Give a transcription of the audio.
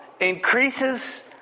increases